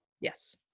Yes